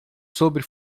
sobre